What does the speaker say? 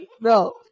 No